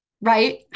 right